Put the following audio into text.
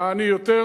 מה אני יותר,